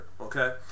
okay